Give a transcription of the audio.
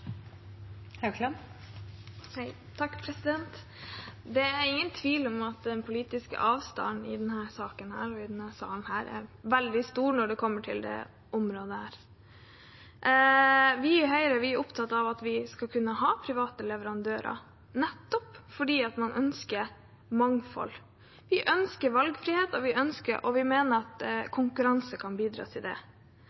ingen tvil om at den politiske avstanden i denne saken og i denne salen er veldig stor på dette området. Vi i Høyre er opptatt av at vi skal kunne ha private leverandører, nettopp fordi man ønsker mangfold. Vi ønsker valgfrihet, og vi mener at konkurranse kan bidra til det. Jeg reagerer veldig på ordbruken i denne saken, for man portretterer dem som tilbyr denne typen tjenester, som profitører, at